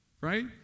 right